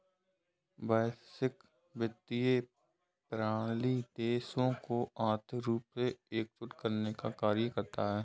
वैश्विक वित्तीय प्रणाली देशों को आर्थिक रूप से एकजुट करने का कार्य करता है